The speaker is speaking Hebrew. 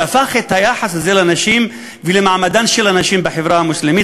והפך את היחס הזה לנשים ולמעמדן של הנשים בחברה המוסלמית